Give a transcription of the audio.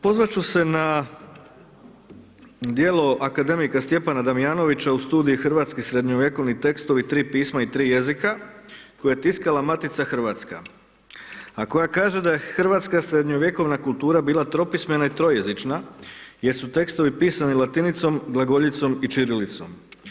Pozvat ću se na djelo akademika Stjepana Damjanovića u studiji Hrvatski srednjovjekovni tekstovi, tri pisma i tri jezika, koje je tiskala Matica Hrvatska, a koja kaže da je Hrvatska srednjovjekovna kultura bila tropismena i trojezična jer su tekstovi pisani latinicom, glagoljicom i čirilicom.